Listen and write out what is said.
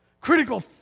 critical